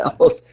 else